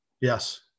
Yes